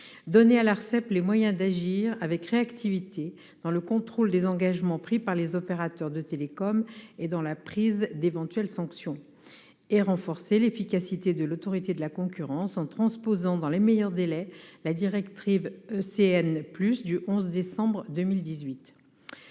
donner à l'Arcep les moyens d'agir avec réactivité pour contrôler le respect des engagements pris par les opérateurs de télécommunications et prendre éventuellement des sanctions ; renforcer l'efficacité de l'Autorité de la concurrence en transposant dans les meilleurs délais la directive ECN+ du 11 décembre 2018.